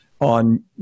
on